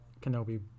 Kenobi